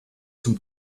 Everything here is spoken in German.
zum